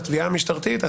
לתביעה המשטרתית,